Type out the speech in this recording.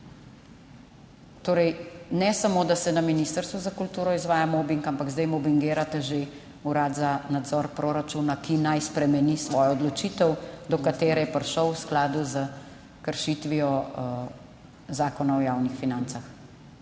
Torej, ne samo, da se na Ministrstvu za kulturo izvaja mobing, ampak zdaj mobingirate že Urad za nadzor proračuna, ki naj spremeni svojo odločitev, do katere je prišel v skladu s kršitvijo Zakona o javnih financah.